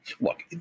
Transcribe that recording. Look